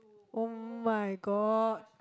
[oh]-my-god